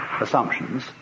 assumptions